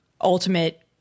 ultimate